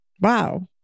Wow